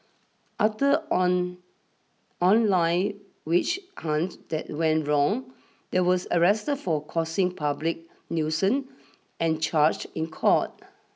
after on online witch hunt that went wrong they was arrested for causing public nuisance and charged in court